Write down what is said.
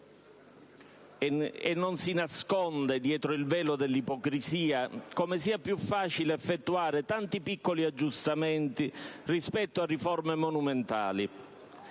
e non si nasconde dietro il velo dell'ipocrisia come sia più facile effettuare tanti piccoli aggiustamenti rispetto a riforme monumentali.